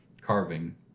carving